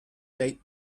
date